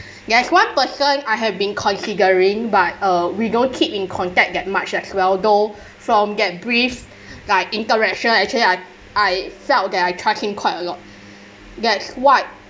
there's one person I have been considering but uh we don't keep in contact that much as well though from that brief like interaction actually I I felt that I trust him quite a lot that's what